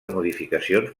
modificacions